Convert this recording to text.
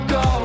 go